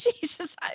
Jesus